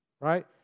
Right